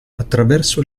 attraverso